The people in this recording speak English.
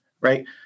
right